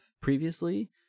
previously